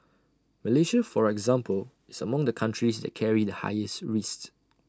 Malaysia for example is among the countries that carry the highest risk